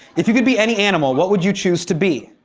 if you could be any animal, what would you choose to be?